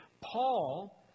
Paul